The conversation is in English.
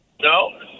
No